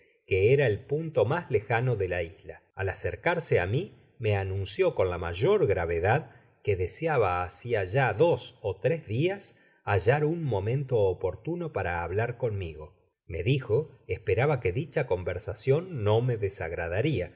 que era el punto mas lejano de la isla al aceroarse á mi me anunció con la mayor gravedad que deseaba hacia ya dos ó tres dias hallar un momento oportuno para hablar conmigo me dijo esperaba que dicha conversacion no me desagradaria